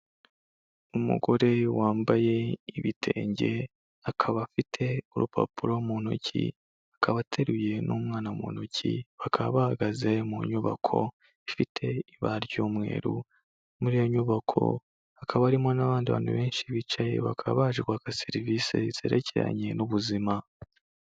Umugore wambaye ibitenge akaba afite urupapuro mu ntoki, akaba ateruye n'umwana mu ntoki, bakaba bahagaze mu nyubako ifite ibara ry'umweru, muri iyo nyubako hakaba harimo n'abandi bantu benshi bicaye, bakaba baje kwaka serivisi zerekeranye n'ubuzima.